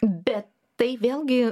bet tai vėlgi